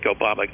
Obama